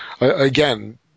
again